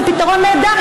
זה פתרון נהדר.